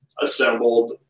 assembled